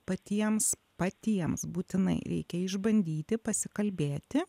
patiems patiems būtinai reikia išbandyti pasikalbėti